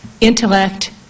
intellect